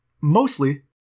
Mostly